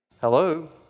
Hello